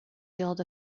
field